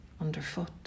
underfoot